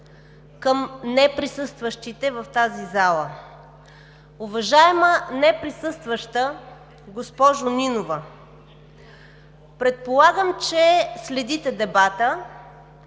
към неприсъстващите в тази зала. Уважаема неприсъстваща госпожо Нинова, предполагам, че следите дебата,